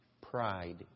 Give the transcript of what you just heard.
pride